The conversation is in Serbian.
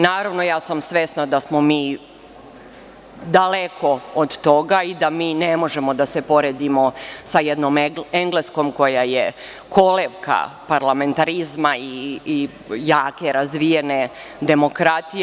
Naravno, svesna sam da smo mi daleko od toga i da mi ne možemo da se poredimo sa jednom Engleskom, koja je kolevka parlamentarizma i jake razvijene demokratije.